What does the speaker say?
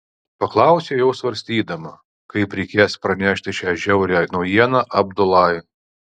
paklausiau jau svarstydama kaip reikės pranešti šią žiaurią naujieną abdulai